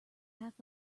half